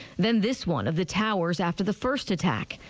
then this one of the towers after the first attack.